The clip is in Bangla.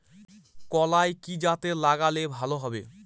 কলাই কি জাতে লাগালে ভালো হবে?